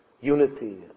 Unity